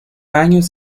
años